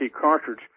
cartridge